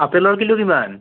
আপেলৰ কিলো কিমান